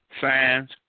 signs